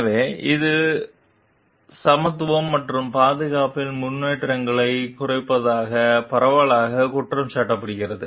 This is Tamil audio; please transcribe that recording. எனவே இது சமத்துவம் மற்றும் பாதுகாப்பில் முன்னேற்றங்களைக் குறைப்பதாக பரவலாகக் குற்றம் சாட்டப்படுகிறது